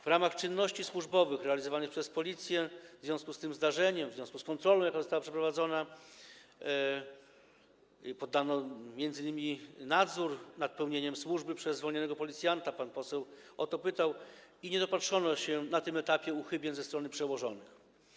W ramach czynności służbowych realizowanych przez Policję w związku z tym zdarzeniem, kontroli, jaka została przeprowadzona, badano m.in. nadzór nad pełnieniem służby przez zwolnionego policjanta - pan poseł o to pytał - i nie dopatrzono się na tym etapie uchybień ze strony przełożonych.